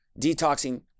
detoxing